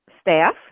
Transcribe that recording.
staff